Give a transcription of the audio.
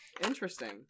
interesting